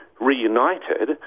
reunited